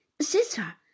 sister